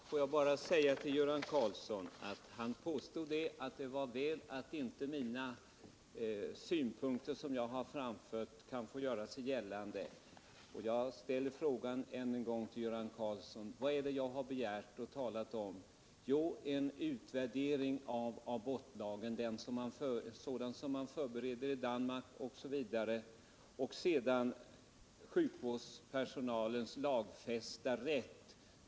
Herr talman! Jag vill bara säga en sak till Göran Karlsson, eftersom han påstod att det var väl att inte de synpunkter jag har framfört kan få göra sig gällande. Jag ställer frågan än en gång till Göran Karlsson: Vad är det jag har begärt och talat om? Jo, en utvärdering av abortlagen, en sådan som man förbereder i Danmark osv., och sjukvårdspersonalens lagfästa rätt.